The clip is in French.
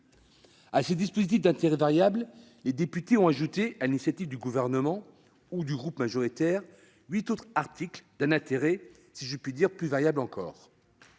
À ces dispositifs d'intérêt variable, les députés ont ajouté, sur l'initiative du Gouvernement ou du groupe majoritaire, huit autres articles d'un intérêt, si je puis dire, plus variable encore.